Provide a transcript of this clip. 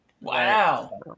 Wow